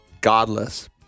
godless